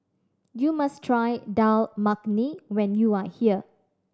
you must try Dal Makhani when you are here